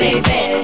Baby